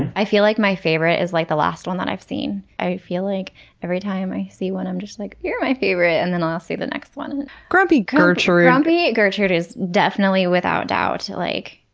and i feel like my favorite is like the last one that i've seen. i feel like every time i see one i'm just like, you're my favorite! and then i'll see the next one. grumpy gertrude! grumpy gertrude is definitely, without a doubt, like